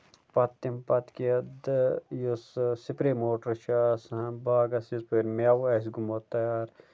پَتہٕ تَمہِ پَتہٕ کیٛاہ تہٕ یُس سُہ سُپرے موٹر چھُ آسان باغَس یِتھٕ پٲٹھۍ میٚوٕ آسہِ گوٚومُت تَیار